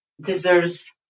deserves